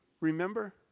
remember